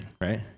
right